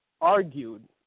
argued